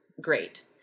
great